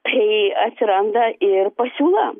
tai atsiranda ir pasiūla